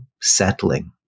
settling